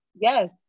Yes